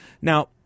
Now